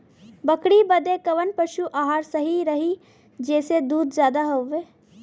बकरी बदे कवन पशु आहार सही रही जेसे दूध ज्यादा होवे?